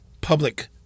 public